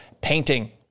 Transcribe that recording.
painting